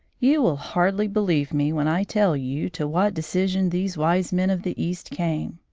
you will hardly believe me when i tell you to what decision these wise men of the east came.